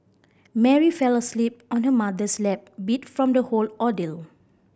Mary fell asleep on her mother's lap beat from the whole ordeal